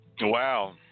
Wow